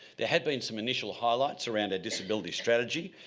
there have been some initial highlights around a disability strategy.